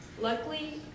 Luckily